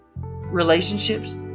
Relationships